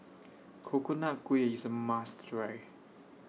Coconut Kuih IS A must Try